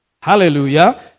Hallelujah